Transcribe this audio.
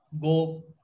go